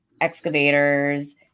excavators